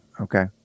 Okay